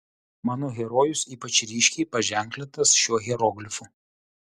mano herojus ypač ryškiai paženklintas šiuo hieroglifu